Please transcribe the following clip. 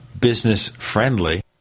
business-friendly